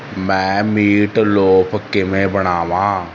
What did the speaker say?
ਮੈਂ ਮੀਟਲੋਫ ਕਿਵੇਂ ਬਣਾਵਾਂ